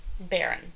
baron